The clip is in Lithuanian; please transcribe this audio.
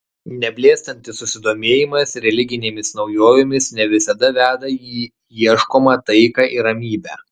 neblėstantis susidomėjimas religinėmis naujovėmis ne visada veda į ieškomą taiką ir ramybę